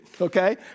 Okay